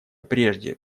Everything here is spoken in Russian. прежде